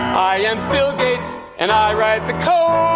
i am bill gates and i write the code.